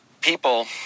people